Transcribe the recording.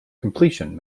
completion